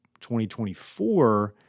2024